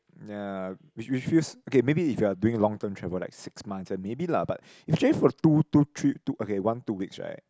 ya refuse okay maybe if you're doing long term travel like six months ah maybe lah but usually for two two trips two okay one two weeks right